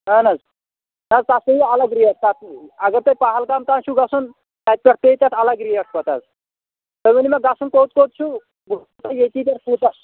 اہَن حظ نہ حظ تَتھ چھےٚ یہِ الگ ریٹ تَتھ اگر تُہۍ پَہلگام تانۍ چھُ گژھُن تَتہِ پٮ۪ٹھ پیٚیہِ تَتھ الگ ریٹ پَتہٕ حظ تُہۍ ؤنِو مےٚ گژھُن کوٚت کوٚت چھُ بہٕ وَنو ییٚتی تیٚلہِ کوٗتاہ